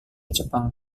jepang